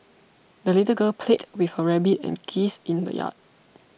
the little girl played with her rabbit and geese in the yard